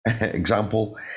Example